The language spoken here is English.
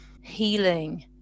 healing